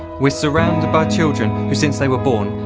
we're surrounded by children, who since they were born,